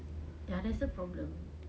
ya that's the problem